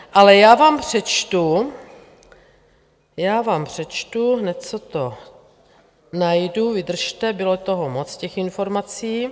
Ale já vám přečtu... já vám přečtu... hned, co to najdu, vydržte, bylo toho moc, těch informací.